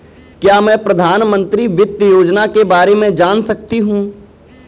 क्या मैं प्रधानमंत्री वित्त योजना के बारे में जान सकती हूँ?